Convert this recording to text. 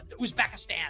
uzbekistan